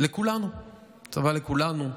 צוואה לכולנו: